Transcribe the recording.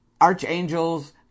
archangels